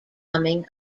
becoming